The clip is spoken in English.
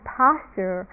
posture